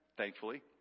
thankfully